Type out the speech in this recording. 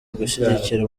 gushyigikira